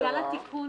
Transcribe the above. בגלל התיקון